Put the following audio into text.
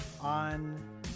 on